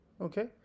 Okay